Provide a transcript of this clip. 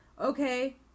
okay